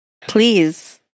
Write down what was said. Please